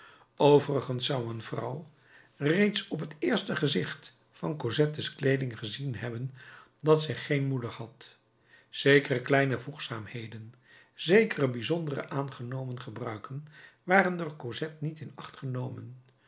overigens zou een vrouw reeds op t eerste gezicht van cosette's kleeding gezien hebben dat zij geen moeder had zekere kleine voegzaamheden zekere bijzondere aangenomen gebruiken waren door cosette niet in acht genomen